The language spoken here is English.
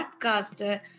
podcaster